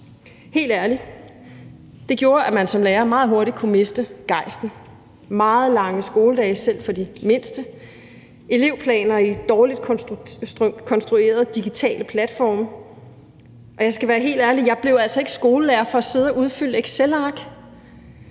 Helt ærligt gjorde det, at man som lærer meget hurtigt kunne miste gejsten. Det gav meget lange skoledage, selv for de mindste, og elevplaner i dårligt konstruerede digitale platforme, og jeg skal være helt ærlig og sige, at jeg altså ikke blev skolelærer for at sidde og udfylde excelark.